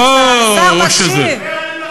בוא, או שזה, דבר.